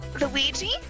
Luigi